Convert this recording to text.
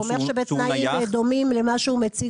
הוא אומר שבתנאים דומים למה שהוא מציג